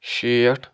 شیٹھ